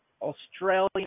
Australian